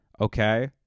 okay